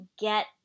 get